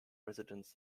residents